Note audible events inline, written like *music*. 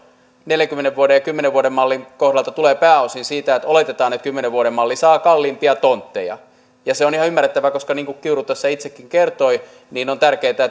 neljäkymmentä ja kymmenen vuoden mallin välillä tulevat pääosin siitä että oletetaan että kymmenen vuoden malli saa kalliimpia tontteja se on ihan ymmärrettävää koska niin kuin kiuru tässä itsekin kertoi on tärkeätä *unintelligible*